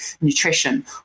nutrition